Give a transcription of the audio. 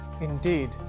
Indeed